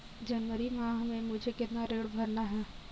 जनवरी माह में मुझे कितना ऋण भरना है?